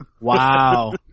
Wow